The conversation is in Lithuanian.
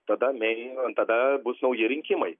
tada mey tada bus nauji rinkimai